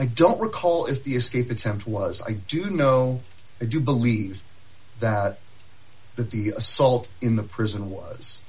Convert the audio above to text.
i don't recall if the escape attempt was i do know i do believe that that the assault in the prison was